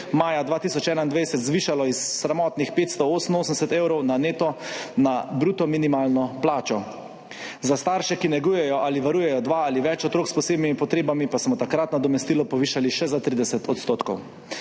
maja 2021 zvišalo iz sramotnih 588 evrov neto na bruto minimalno plačo. Za starše, ki negujejo ali varujejo dva ali več otrok s posebnimi potrebami, pa smo takrat nadomestilo povišali še za 30 odstotkov.